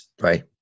Right